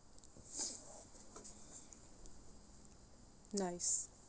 nice